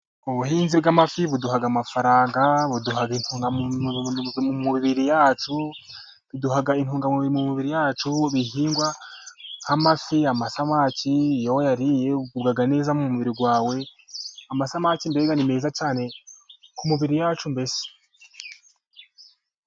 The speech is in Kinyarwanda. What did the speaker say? Ubuhinzi bw'amafi buduha amafaranga, buduha intungamubiri mu mibiri yacu, ibihingwa nk'amafi amasamaki iyo wayariye, ugubwa neza mu mubiri wawe. Amasamake mbega ni meza cyane ku mibiri yacu mbese.